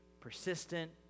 persistent